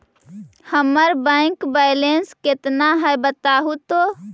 हमर bank balance केतना है बताहु तो?